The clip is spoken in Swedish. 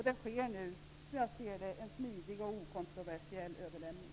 Det sker nu som jag ser det en smidig och okontroversiell överlämning.